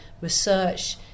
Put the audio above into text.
research